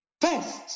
first